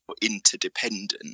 Interdependent